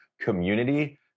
community